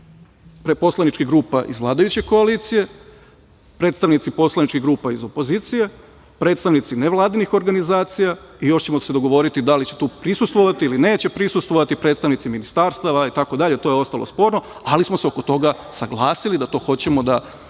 predstavnici poslaničkih grupa iz vladajuće koalicije, predstavnici poslaničkih grupa iz opozicije, predstavnici nevladinih organizacija i još ćemo se dogovoriti da li će tu prisustvovati ili neće prisustvovati predstavnici ministarstva itd. To je ostalo sporno, ali smo se oko toga saglasili da to hoćemo da